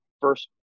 first